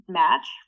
match